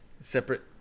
separate